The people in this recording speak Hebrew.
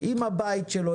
עם הבית שלו,